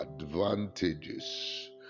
advantages